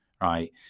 right